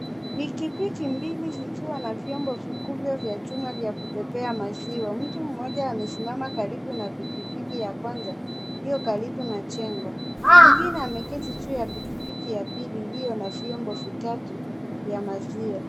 Pikipiki mbili zikiwa na vyombo vikubwa vya chuma vya kubebea maziwa. Mtu mmoja amesimama karibu na pikipiki ya kwanza iliyo karibu na jengo mwingine ameketi juu ya pikipiki ya pili iliyo na vyombo vitatu vya maziwa.